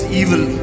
evil